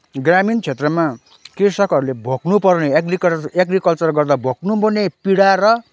ग्रामीण क्षेत्रमा कृषकहरूले भोग्न पर्ने एग्रिकल्चर गर्दा भोग्न पर्ने पिढा र